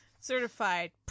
Certified